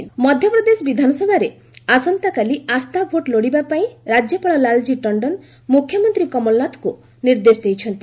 MP floor test Madhya Pradesh ବିଧାନସଭାରେ ଆସନ୍ତାକାଲି ଆସ୍ଥା ଭୋଟ ଲୋଡ଼ିବା ପାଇଁ ରାଜ୍ୟପାଳ ଲାଲଜୀ ଟଣ୍ଡନ ମୁଖ୍ୟମନ୍ତ୍ରୀ କମଳନାଥଙ୍କୁ ନିର୍ଦ୍ଦେଶ ଦେଇଛନ୍ତି